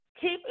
Keep